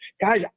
guys